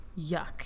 Yuck